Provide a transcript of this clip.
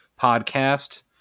podcast